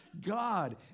God